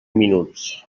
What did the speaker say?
minuts